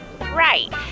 Right